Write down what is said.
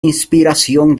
inspiración